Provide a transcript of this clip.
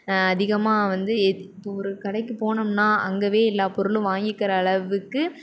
அதிகமாக வந்து இப்போது ஒரு கடைக்கு போனோம்னால் அங்கயே எல்லா பொருளும் வாங்கிக்கிற அளவுக்கு